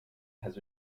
has